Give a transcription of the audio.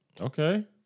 Okay